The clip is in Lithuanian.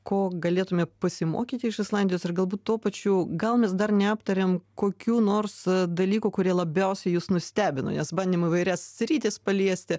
ko galėtume pasimokyti iš islandijos ir galbūt tuo pačiu gal mes dar neaptarėm kokių nors dalykų kurie labiausiai jus nustebino nes bandėm įvairias sritis paliesti